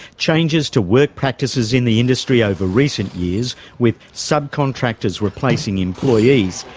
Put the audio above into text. changes to work practices in the industry over recent years, with subcontractors replacing employees,